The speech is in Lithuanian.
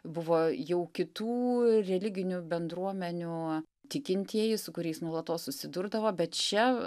buvo jau kitų religinių bendruomenių tikintieji su kuriais nuolatos susidurdavo bet čia